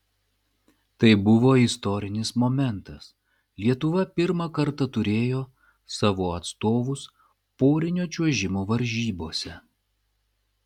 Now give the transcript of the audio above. tai buvo istorinis momentas lietuva pirmą kartą turėjo savo atstovus porinio čiuožimo varžybose